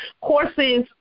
courses